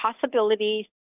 possibilities